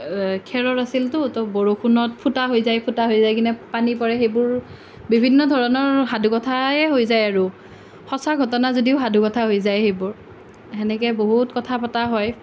খেৰৰ আছিলতো ত' বৰষুণত ফুটা হৈ যায় ফুটা হৈ কিনে পানী পৰে সেইবোৰ বিভিন্ন ধৰণৰ সাধু কথায়ে হৈ যায় আৰু সঁচা ঘটনা যদিও সাধু কথা হৈ যায় সেইবোৰ সেনেকে বহুত কথা পতা হয়